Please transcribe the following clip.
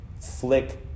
flick